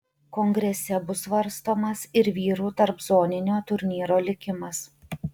kongrese bus svarstomas ir vyrų tarpzoninio turnyro likimas